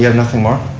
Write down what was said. yeah nothing more.